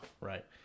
Right